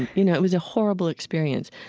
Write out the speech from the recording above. you know, it was a horrible experience.